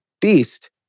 beast